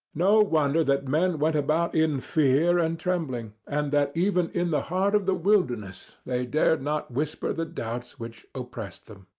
no wonder that men went about in fear and trembling, and that even in the heart of the wilderness they dared not whisper the doubts which oppressed them.